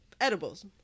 Edibles